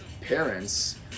parents